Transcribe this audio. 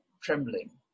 trembling